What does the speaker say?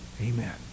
amen